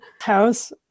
house